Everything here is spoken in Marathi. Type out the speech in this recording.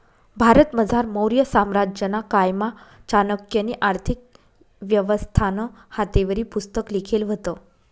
भारतमझार मौर्य साम्राज्यना कायमा चाणक्यनी आर्थिक व्यवस्थानं हातेवरी पुस्तक लिखेल व्हतं